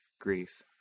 grief